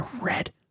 red